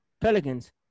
Pelicans